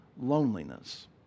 loneliness